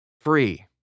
free